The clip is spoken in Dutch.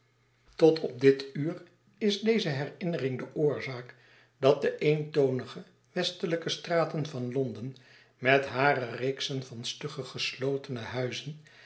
tot op dit uur is deze herinnering de oorzaak dat de eentonige westelijke straten van londen met hare reeksen van stu gge geslotene huizen